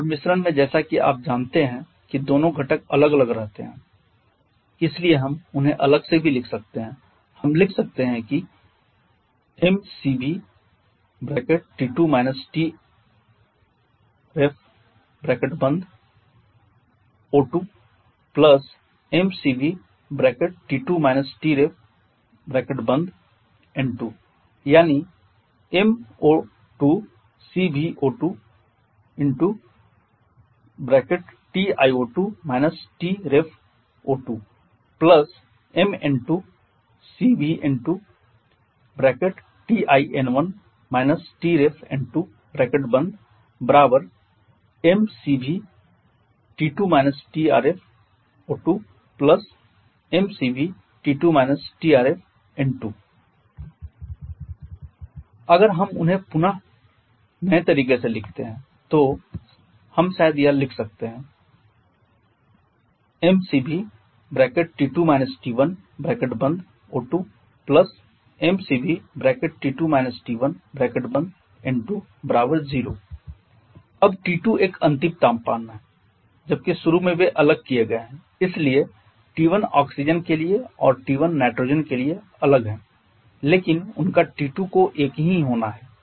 और मिश्रण में जैसा कि आप जानते हैं कि दोनों घटक अलग अलग रहते हैं इसलिए हम उन्हें अलग से भी लिख सकते हैं हम लिख सकते हैं की m CvO2m CvN2 यानी m02Cv02Ti02 Tref02 mN2CvN2TiN1 TrefN2m CvO2m CvN2 अगर हम उन्हें अब पुनः नए तरीके से लिखते हैं तो हम शायद यह लिख सकते हैं mCvO2mCvN20 अब T2 एक अंतिम तापमान है जबकि शुरू में वे अलग किए गए हैं इसलिए T1ऑक्सीजन के लिए और T1 नाइट्रोजन के लिए अलग हैं लेकिन उनके T2 को एक ही होना है